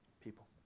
people